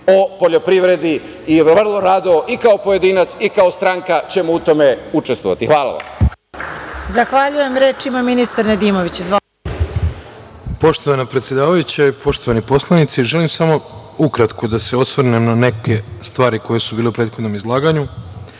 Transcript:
o poljoprivredi i vrlo rado i kao pojedinac i kao stranka ćemo u tome učestvovati. Hvala vam.